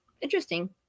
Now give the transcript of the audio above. interesting